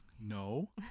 No